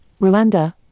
Rwanda